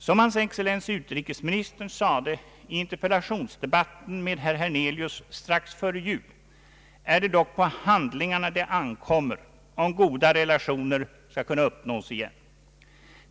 Som hans excellens utrikesministern sade i interpellationsdebatten med herr Hernelius strax före jul är det dock på handlingarna det ankommer om goda relationer skall kunna uppnås igen.